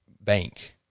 bank